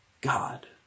God